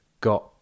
got